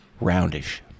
roundish